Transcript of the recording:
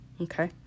Okay